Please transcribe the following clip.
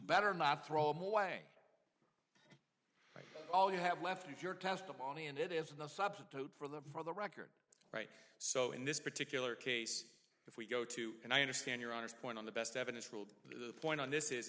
better not throw them away all you have left if your testimony and it is no substitute for the for the record right so in this particular case if we go to and i understand your honor's point on the best evidence ruled the point on this is